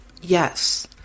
yes